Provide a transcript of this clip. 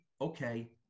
okay